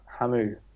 Hamu